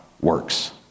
Works